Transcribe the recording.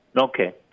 okay